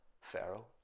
Pharaoh